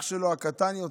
אח שלו הקטן יותר,